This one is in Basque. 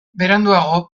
beranduago